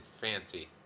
fancy